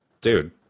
Dude